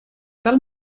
tal